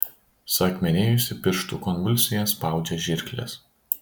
suakmenėjusi pirštų konvulsija spaudžia žirkles